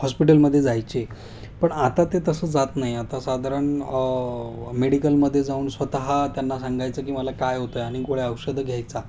हॉस्पिटलमध्ये जायचे पण आता ते तसं जात नाही आता साधारण मेडिकलमध्ये जाऊन स्वतः त्यांना सांगायचं की मला काय होत आहे आणि गोळ्या औषधे घ्यायचा